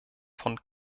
von